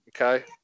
okay